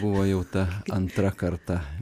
buvo jau ta antra karta